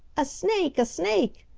a snake, a snake!